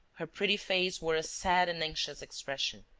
her pretty face wore a sad and anxious expression.